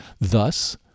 Thus